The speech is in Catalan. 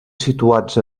situats